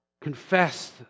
Confess